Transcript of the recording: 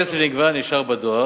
הכסף שנגבה נשאר בדואר.